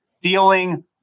dealing